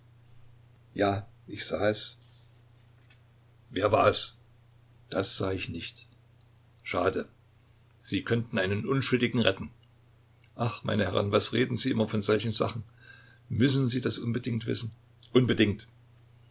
ja ich sah es wer war es das sah ich nicht schade sie könnten einen unschuldigen retten ach meine herren was reden sie immer von solchen sachen müssen sie das unbedingt wissen unbedingt